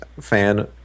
fan